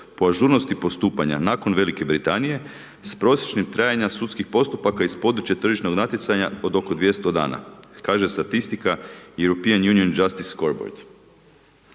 po ažurnosti postupanja nakon Velike Britanije s prosječnim trajanja sudskih postupaka iz područja tržišnih natjecanja od oko 200 dana, kaže statistika EU Justice scoreboard.